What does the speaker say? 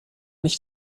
nicht